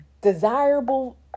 desirable